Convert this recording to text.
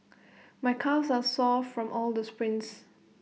my calves are sore from all the sprints